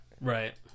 Right